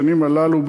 בשנים הללו,